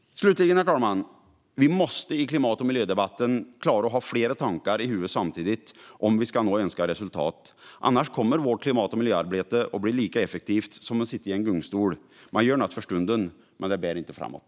Herr talman! Slutligen måste vi klara att i miljö och klimatdebatten ha flera tankar i huvudet samtidigt om vi ska nå önskat resultat. Annars kommer vårt klimatarbete att bli lika effektivt som att sitta i en gungstol. Man gör något för stunden, men det leder inte framåt.